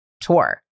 tour